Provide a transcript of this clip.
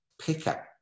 pickup